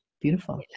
beautiful